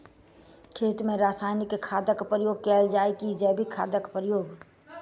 खेत मे रासायनिक खादक प्रयोग कैल जाय की जैविक खादक प्रयोग?